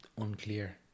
unclear